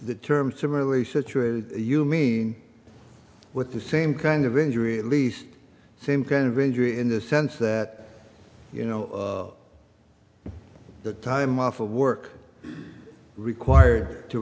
the term similarly situated you mean with the same kind of injury at least same kind of injury in the sense that you know the time off of work required to